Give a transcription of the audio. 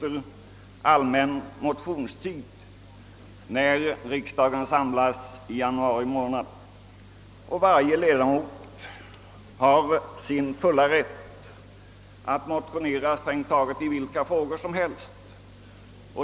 Det är ju så att vi i januari månad då riksdagen samlas har någonting som heter allmän motionstid, Varje ledamot är i sin fulla rätt att motionera i strängt taget vilka frågor som helst.